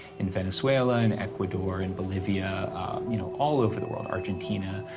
in venezuela, in ecuador, in bolivia you know, all over the world, argentina,